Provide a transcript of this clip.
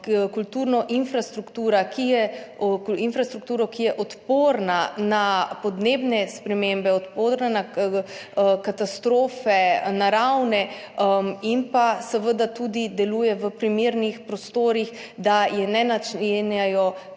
kulturno infrastrukturo, ki je odporna na podnebne spremembe, odporna na naravne katastrofe in da seveda tudi deluje v primernih prostorih, da je ne načenjajo